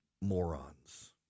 morons